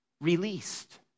released